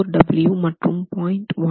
084wp மற்றும் 0